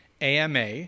ama